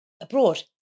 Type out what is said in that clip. abroad